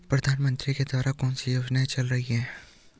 प्रधानमंत्री के द्वारा कौनसी योजनाएँ चल रही हैं?